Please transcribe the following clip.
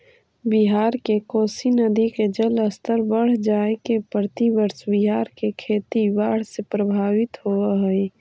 बिहार में कोसी नदी के जलस्तर बढ़ जाए से प्रतिवर्ष बिहार के खेती बाढ़ से प्रभावित होवऽ हई